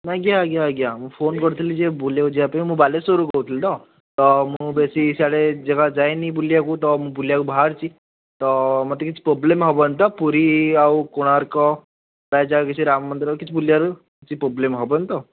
ଆଜ୍ଞା ଆଜ୍ଞା ଆଜ୍ଞା ମୁଁ ଫୋନ କରିଥିଲି ଯେ ବୁଲିବାକୁ ଯିବା ପାଇଁ ମୁଁ ବାଲେଶ୍ୱରରୁ କହୁଥିଲି ତ ମୁଁ ବେଶି ସାଡ଼େ ଜମା ଯାଇନି ବୁଲିବାକୁ ତ ବୁଲିବାକୁ ବାହାରିଛି ତ ମୋତେ କିଛି ପ୍ରୋବ୍ଲେମ୍ ହେବନି ତ ପୁରୀ ଆଉ କୋଣାର୍କ ରାମମନ୍ଦିର କିଛି ବୁଲିବାର କିଛି ପ୍ରୋବ୍ଲେମ୍ ହେବନି ତ